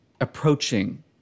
Approaching